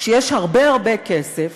כשיש הרבה הרבה כסף